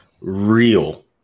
Real